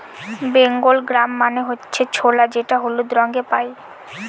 Bengal gram মানে হচ্ছে ছোলা যেটা হলুদ রঙে পাই